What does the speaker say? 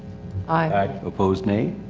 aye. opposed, nay.